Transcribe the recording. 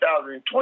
2020